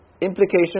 implication